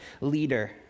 leader